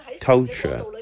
culture